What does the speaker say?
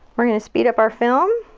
we're gonna speed up our film.